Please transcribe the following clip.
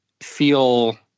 feel